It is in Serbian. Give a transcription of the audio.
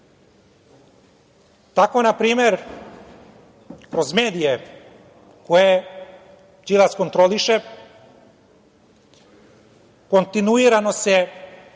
kase. Tako, na primer, kroz medije koje Đilas kontroliše kontinuirano se